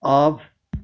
off